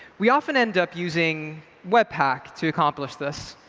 we often end up using webpack to accomplish this.